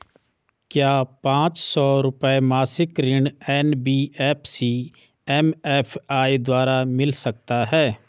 क्या पांच सौ रुपए मासिक ऋण एन.बी.एफ.सी एम.एफ.आई द्वारा मिल सकता है?